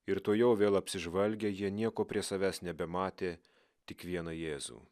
ir tuojau vėl apsižvalgę jie nieko prie savęs nebematė tik vieną jėzų